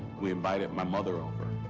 we invited my mother over.